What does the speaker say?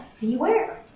beware